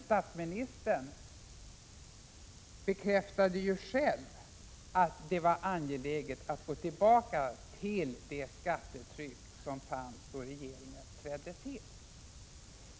Statsministern bekräftade ju själv att det var angeläget att återgå till det skattetryck som rådde då regeringen trädde till.